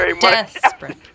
desperate